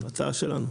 זו הצעה שלנו.